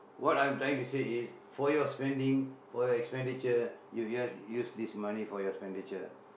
what I'm trying to say is for your spending for your expenditure you just use this money for your expenditure